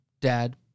dad